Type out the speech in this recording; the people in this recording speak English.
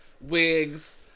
wigs